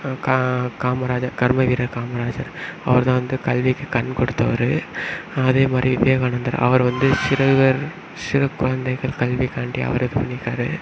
கா காமராஜர் கர்ம வீரர் காமராஜர் அவர் தான் வந்து கல்விக்கு கண் கொடுத்தவரு அதேமாதிரி விவேகானந்தர் அவர் வந்து சிறுவர் சிறு குழந்தைகள் கல்விக்காண்டி அவர் பண்ணியிருக்காரு